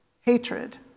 hatred